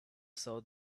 saw